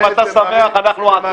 אם אתה שמח, אנחנו עצובים.